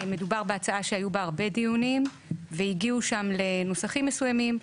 מדובר בהצעה שהיו בה הרבה דיונים והגיעו שם לנוסחים מסוימים.